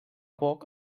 poc